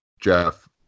Jeff